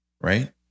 Right